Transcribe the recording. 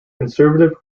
conservative